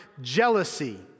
jealousy